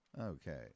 Okay